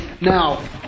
Now